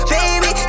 Baby